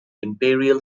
imperial